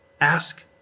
Ask